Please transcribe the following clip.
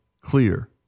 clear